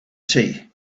tea